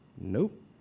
Nope